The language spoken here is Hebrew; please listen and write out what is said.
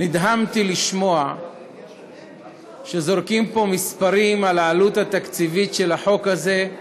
נדהמתי לשמוע שזורקים פה מספרים על העלות התקציבית של החוק הזה: